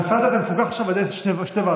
המשרד הזה מפוקח עכשיו על ידי שתי ועדות.